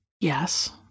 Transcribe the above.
yes